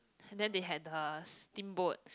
and then they had the steamboat